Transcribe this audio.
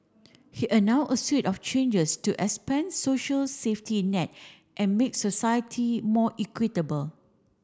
he announced a swathe of changes to expand social safety net and make society more equitable